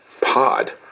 pod